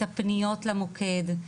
את הפניות למוקד,